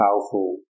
powerful